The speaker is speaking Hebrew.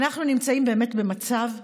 אנחנו נמצאים באמת במצב שבו,